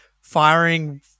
Firing